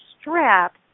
straps